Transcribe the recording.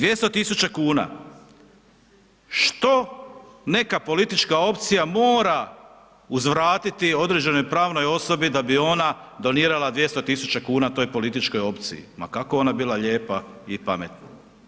200.000,00 kn, što neka politička opcija mora uzvratiti određenoj pravnoj osobi da bi ona donirala 200.000,00 kn toj političkoj opciji, ma kako ona bila lijepa i pametna?